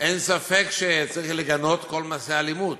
אין ספק שצריך לגנות כל מעשה אלימות.